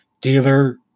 dealer